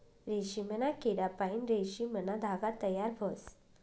रेशीमना किडापाईन रेशीमना धागा तयार व्हस